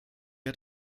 hat